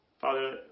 Father